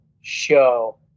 show